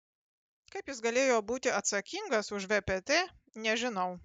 kaip jis galėjo būti atsakingas už vpt nežinau